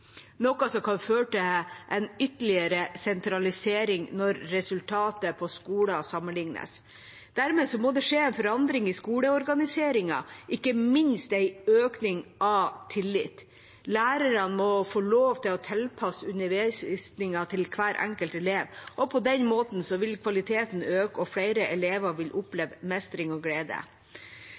noe som kan føre til en ytterligere sentralisering når resultatet på skoler sammenlignes. Dermed må det skje en forandring i skoleorganiseringen, og ikke minst en økning av tillit – lærerne må få lov til å tilpasse undervisningen til hver enkelt elev, og på den måten vil kvaliteten øke, og flere elever vil oppleve mestring og glede.